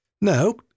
No